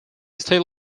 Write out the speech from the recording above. still